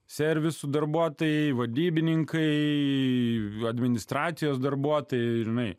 servisų darbuotojai vadybininkai administracijos darbuotojai žinai